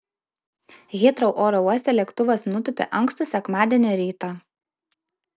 hitrou oro uoste lėktuvas nutūpė ankstų sekmadienio rytą